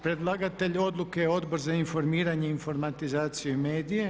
Predlagatelj Odluke je Odbor za informiranje, informatizaciju i medije.